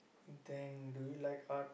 then do you like art